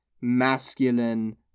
masculine